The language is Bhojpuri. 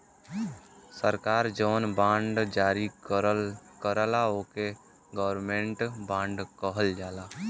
सरकार जौन बॉन्ड जारी करला ओके गवर्नमेंट बॉन्ड कहल जाला